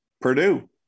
Purdue